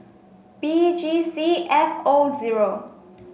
B G C F O zero